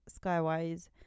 skywise